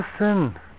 Listen